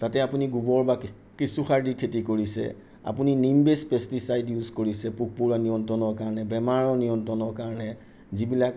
তাতে আপুনি গোবৰ বা কে কেঁচুসাৰ দি খেতি কৰিছে আপুনি নিম বেছ পেষ্টিচাইট ইউজ কৰিছে পোক পৰুৱা নিয়ন্ত্ৰণৰ কাৰণে বেমাৰৰ নিয়ন্ত্ৰণৰ কাৰণে যিবিলাক